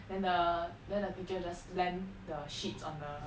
then the then the teacher just slam the sheets on the